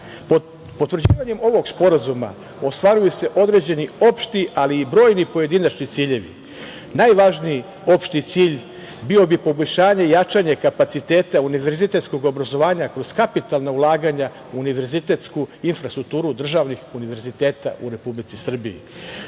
infrastruktura. Potvrđivanjem ovog Sporazuma ostvaruju se određeni opšti, ali i brojni pojedinačni ciljevi. Najvažniji opšti cilj bio bi poboljšanje i jačanje kapaciteta univerzitetskog obrazovanja kroz kapitalna ulaganja, univerzitetsku infrastrukturu državnih univerziteta u Republici